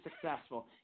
successful